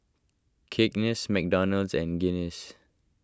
Cakenis McDonald's and Guinness